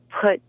put